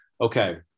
Okay